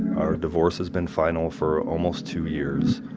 our divorce has been final for almost two years.